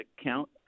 account